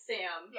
Sam